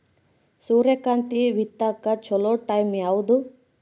ಸೂರ್ಯಕಾಂತಿ ಬಿತ್ತಕ ಚೋಲೊ ಟೈಂ ಯಾವುದು?